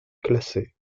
classer